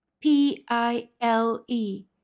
P-I-L-E